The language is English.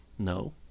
No